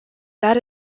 that